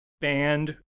band